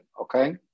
Okay